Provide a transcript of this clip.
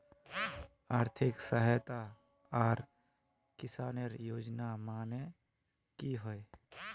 आर्थिक सहायता आर किसानेर योजना माने की होय?